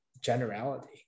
generality